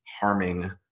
harming